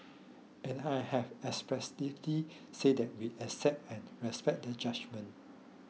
and I have expressively said that we accept and respect the judgement